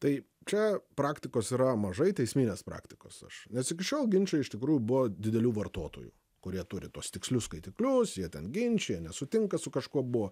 taip čia praktikos yra mažai teisminės praktikos aš nes iki šiol ginčai iš tikrųjų buvo didelių vartotojų kurie turi tuos tikslius skaitiklius jie ten ginčija nesutinka su kažkuo buvo